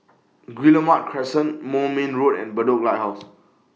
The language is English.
Guillemard Crescent Moulmein Road and Bedok Lighthouse